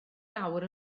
lawr